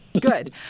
good